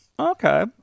Okay